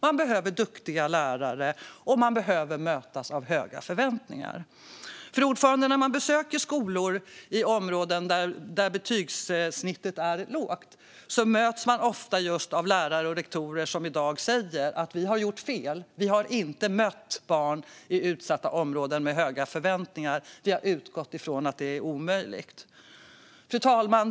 De behöver duktiga lärare, och de behöver mötas av höga förväntningar. Fru talman! När man besöker skolor i områden där betygssnittet är lågt möts man ofta av lärare och rektorer som i dag säger att de har gjort fel. De har inte mött barn i utsatta områden med höga förväntningar, utan de har utgått från att det är omöjligt. Fru talman!